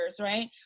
right